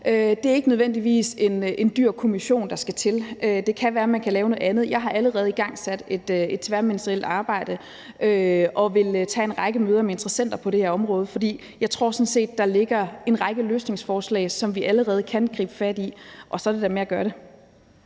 Det er ikke nødvendigvis en dyr kommission, der skal til. Det kan være, at man kan lave noget andet. Jeg har allerede igangsat et tværministerielt arbejde og vil tage en række møder med interessenter på det her område. For jeg tror sådan set, der ligger en række løsningsforslag, som vi allerede kan gribe fat i, og så er det da med at gøre det.